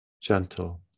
gentle